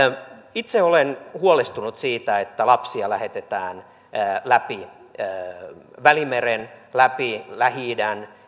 itse olen huolestunut siitä että lapsia lähetetään läpi välimeren läpi lähi idän